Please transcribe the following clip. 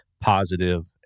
positive